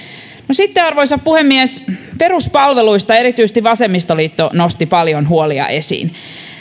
sitten arvoisa puhemies peruspalveluista erityisesti vasemmistoliitto nosti paljon huolia esiin